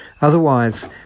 Otherwise